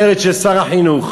אבל אם אתה בא עם מסר של שנאה,